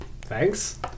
Thanks